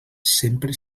sempre